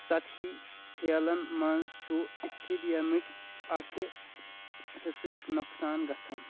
سطحی پھیلن منٛز چھُ اپتھیٖلیمٕكۍ اكہِ حِصٕکۍ نۄقصان گژھان